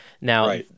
now